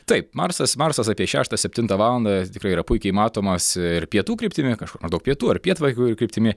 taip marsas marsas apie šeštą septintą valandą jis tikrai yra puikiai matomas ir pietų kryptimi kažkur maždaug pietų ar pietvakarių kryptimi